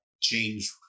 change